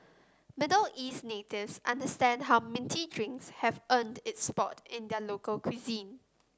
Middle East natives understand how minty drinks have earned its spot in their local cuisine